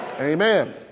amen